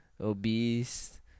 obese